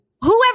whoever